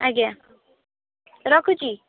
ଆଜ୍ଞା ରଖୁଛି